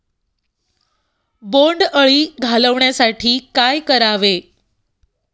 बोंडअळी घालवण्यासाठी काय करावे?